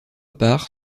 part